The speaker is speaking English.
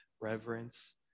reverence